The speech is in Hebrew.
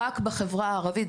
רק בחברה הערבית,